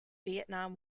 vietnam